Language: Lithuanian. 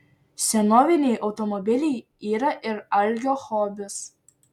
senoviniai automobiliai yra ir algio hobis